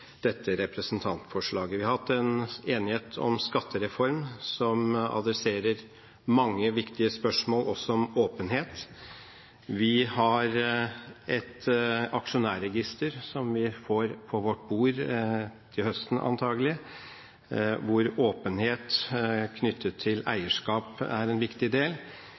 dette representantforslaget. Vi har hatt enighet om skattereformen, som adresserer mange viktige spørsmål, også om åpenhet. Vi har et aksjonærregister, som vi antakelig får på vårt bord til høsten, hvor åpenhet knyttet til eierskap er en viktig del.